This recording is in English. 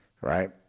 right